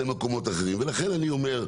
ולכן אני אומר,